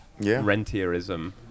rentierism